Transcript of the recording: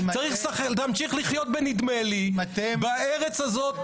תמשיך לחיות בנדמה לי בארץ הזאת,